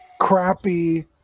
crappy